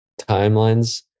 timelines